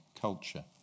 culture